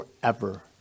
forever